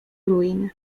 ruin